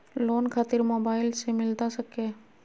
Loan खातिर mobile से मिलता सके?